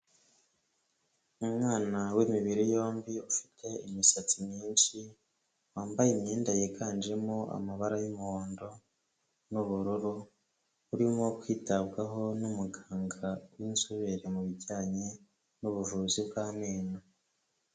Umwana w'imibiri yombi ufite imisatsi myinshi, wambaye imyenda yiganjemo amabara y'umuhondo n'ubururu urimo kwitabwaho n'umuganga w'inzobere mu bijyanye n'ubuvuzi bw'amenyo.